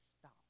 stop